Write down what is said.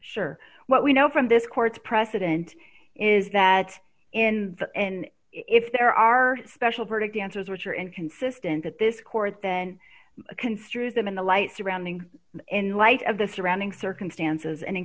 sure what we know from this court's precedent is that in the end if there are special verdict answers which are inconsistent that this court then construe them in the light surrounding in light of the surrounding circumstances and in